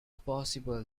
possible